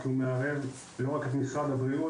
כי הוא מערב לא רק את משרד הבריאות,